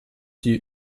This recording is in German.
die